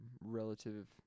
relative